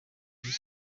syria